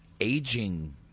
Aging